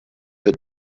the